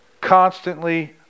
constantly